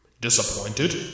Disappointed